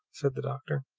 said the doctor,